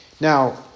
Now